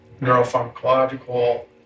neuropharmacological